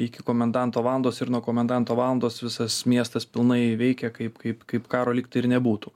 iki komendanto valandos ir nuo komendanto valandos visas miestas pilnai veikia kaip kaip kaip karo lygtai ir nebūtų